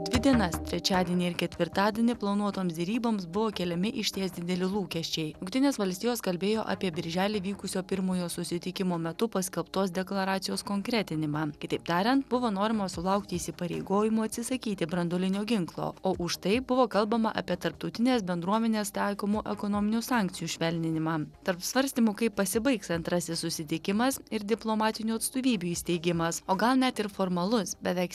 dvi dienas trečiadienį ir ketvirtadienį planuotoms deryboms buvo keliami išties dideli lūkesčiai jungtinės valstijos kalbėjo apie birželį vykusio pirmojo susitikimo metu paskelbtos deklaracijos konkretinimą kitaip tariant buvo norima sulaukti įsipareigojimo atsisakyti branduolinio ginklo o už tai buvo kalbama apie tarptautinės bendruomenės taikomų ekonominių sankcijų švelninimą tarp svarstymų kaip pasibaigs antrasis susitikimas ir diplomatinių atstovybių įsteigimas o gal net ir formalus beveik